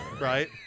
right